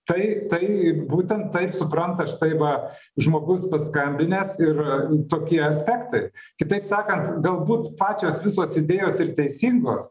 tai tai būtent taip supranta štai va žmogus paskambinęs ir tokie aspektai kitaip sakant galbūt pačios visos idėjos ir teisingos